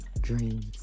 dreams